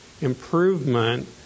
improvement